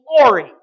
glory